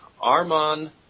Arman